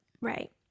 Right